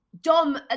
Dom